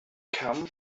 come